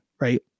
right